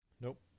Nope